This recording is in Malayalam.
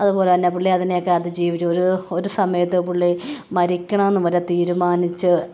അതുപോലെതന്നെ പുള്ളി അതിനെയൊക്കെ അതിജീവിച്ച് ഒരു ഒരു സമയത്ത് പുള്ളി മരിക്കണമെന്നുവരെ തീരുമാനിച്ച്